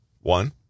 One